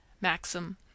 maxim